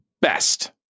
best